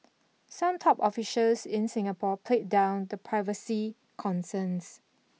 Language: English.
some top officials in Singapore played down the privacy concerns